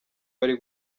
bari